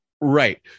Right